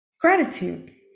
Gratitude